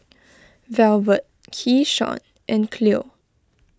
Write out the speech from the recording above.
Velvet Keyshawn and Cleo